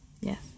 Yes